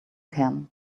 can